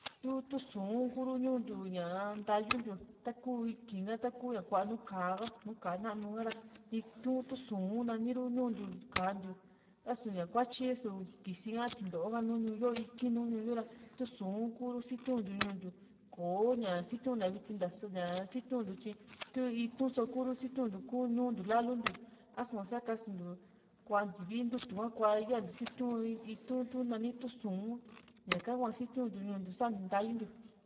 tu tu´sun kuru ñuntiu ñaa ntayu ntiu taku ìkiin ha taku ña kuaa nùù ka´a ha nu ka´a nanu ha´ra itu´n tú´su nani ru ñu´untiu ka´a ntiu a´su ña kuatyi a´su kisi kla tinto´o ha nu ñu´yo iki´n nu ñu´yo ra tu´sun kuru sitiu ntiu ñuu ntiu kò´o ña sitiuna viti nta sña sitiuntiu tyi tu itu´n kuso ru sitiuntiu ku ñuntiu lalu ntiu a´su sakasuntiu kua ntivi ntutu kuaa ya sitiu itu´n tu nani tu´sun ñaka hua sitiuntiu ñuu ntiu santiu ntayu ntiu